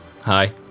Hi